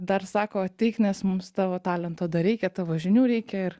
dar sako ateik nes mums tavo talento dar reikia tavo žinių reikia ir